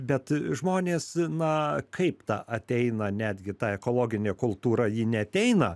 bet žmonės na kaip ta ateina netgi ta ekologinė kultūra ji neateina